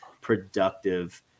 productive